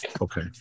Okay